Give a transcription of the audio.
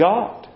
God